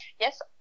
Yes